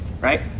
right